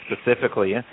specifically